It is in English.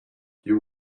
you